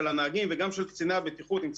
של הנהגים וגם של קציני הבטיחות נמצא